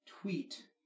tweet